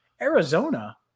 arizona